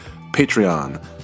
Patreon